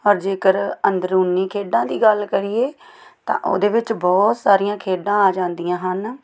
ਪਰ ਜੇਕਰ ਅੰਦਰੂਨੀ ਖੇਡਾਂ ਦੀ ਗੱਲ ਕਰੀਏ ਤਾਂ ਉਹਦੇ ਵਿੱਚ ਬਹੁਤ ਸਾਰੀਆਂ ਖੇਡਾਂ ਆ ਜਾਂਦੀਆਂ ਹਨ